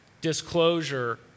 disclosure